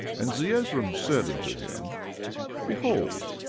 and zeezrom said unto him behold,